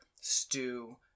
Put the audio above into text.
stew